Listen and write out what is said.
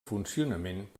funcionament